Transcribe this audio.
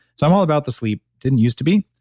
i'm all about the sleep didn't use to be,